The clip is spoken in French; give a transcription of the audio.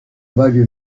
vague